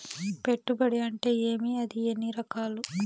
పెట్టుబడి అంటే ఏమి అది ఎన్ని రకాలు